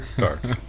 dark